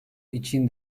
için